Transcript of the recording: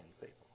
people